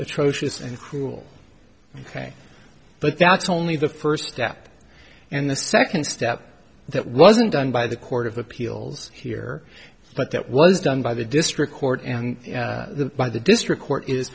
atrocious and cruel ok but that's only the first step and the second step that wasn't done by the court of appeals here but that was done by the district court and the by the district court is